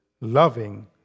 loving